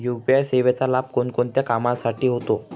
UPI सेवेचा लाभ कोणकोणत्या कामासाठी होतो?